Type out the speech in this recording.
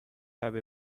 have